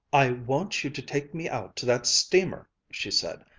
i want you to take me out to that steamer, she said,